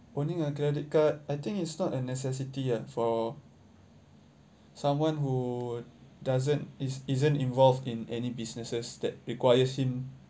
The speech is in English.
owning a credit card I think it's not a necessity ah for someone who doesn't is isn't involved in any businesses that requires him